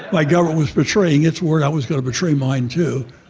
my government was betraying its word, i was gonna betray mine, too.